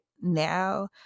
now